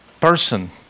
person